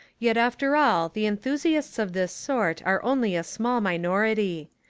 yet after all the enthusiasts of this sort are only a small minority.